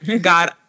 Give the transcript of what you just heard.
God